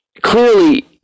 clearly